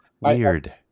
weird